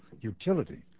utility